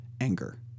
anger